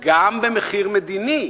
גם במחיר מדיני,